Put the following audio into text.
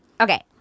Okay